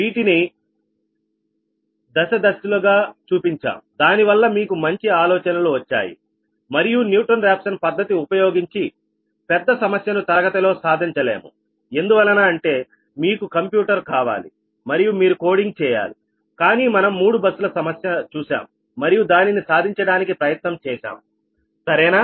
వీటిని దశ దశలుగా చూపించాం దానివల్ల మీకు మంచి ఆలోచనలు వచ్చాయి మరియు న్యూటన్ రాఫ్సన్ పద్ధతి ఉపయోగించి పెద్ద సమస్య ను తరగతిలో సాధించలేము ఎందువలన అంటే మీకు కంప్యూటర్ కావాలి మరియు మీరు కోడింగ్ చేయాలి కానీ మనం మూడు బస్ ల సమస్య చూశాం మరియు దానిని సాధించడానికి ప్రయత్నం చేసాం సరేనా